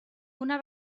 una